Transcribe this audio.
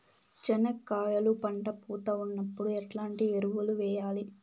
చెనక్కాయలు పంట పూత ఉన్నప్పుడు ఎట్లాంటి ఎరువులు వేయలి?